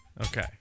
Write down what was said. Okay